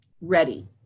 ready